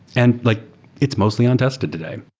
and like it's mostly untested today